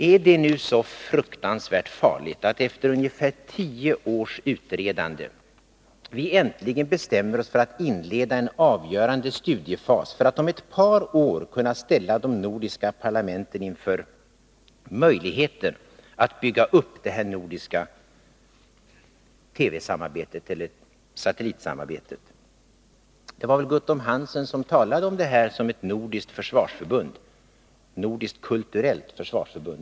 Är det så fruktansvärt farligt att vi efter ungefär tio års utredande äntligen bestämmer oss för att inleda en avgörande studiefas för att inom ett par år kunna ställa de nordiska parlamenten inför möjligheterna att bygga upp detta nordiska satellitsamarbete? Jag tror att det var Guttorm Hansen som talade om detta som ett nordiskt kulturellt försvarsförbund.